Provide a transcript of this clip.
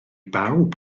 bawb